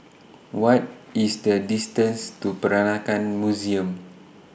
What IS The distance to Peranakan Museum